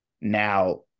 Now